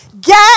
Get